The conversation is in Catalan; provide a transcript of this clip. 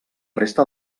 resta